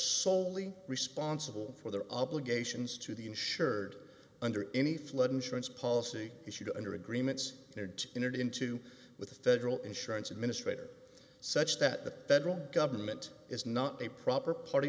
soley responsible for their obligations to the insured under any flood insurance policy issued under agreements they had to enter into with a federal insurance administrator such that the federal government is not a proper party